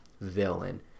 villain